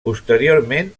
posteriorment